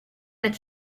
that